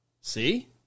See